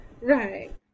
Right